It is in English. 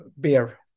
beer